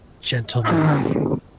Gentlemen